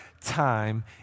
time